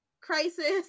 crisis